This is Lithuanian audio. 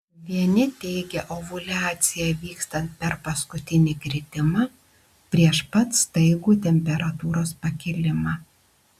vieni teigia ovuliaciją vykstant per paskutinį kritimą prieš pat staigų temperatūros pakilimą